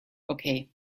okay